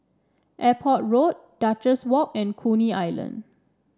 Airport Road Duchess Walk and Coney Island